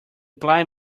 blind